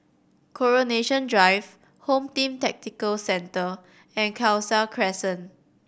Coronation Drive Home Team Tactical Centre and Khalsa Crescent